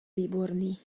výborný